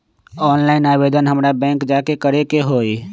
Online आवेदन हमरा bank जाके करे के होई?